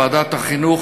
ועדת החינוך,